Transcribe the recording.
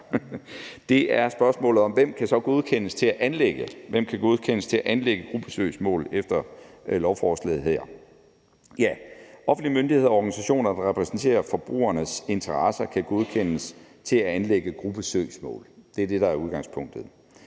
det var spørgsmålet om, hvem der så kan godkendes til at anlægge gruppesøgsmål efter lovforslaget her. Offentlige myndigheder og organisationer, der repræsenterer forbrugernes interesser, kan godkendes til at anlægge gruppesøgsmål. Det er det, der er udgangspunktet.